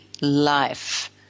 life